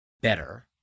better